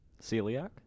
Celiac